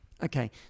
okay